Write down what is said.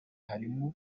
harimo